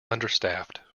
understaffed